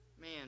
Man